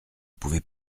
pouvez